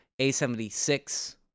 A76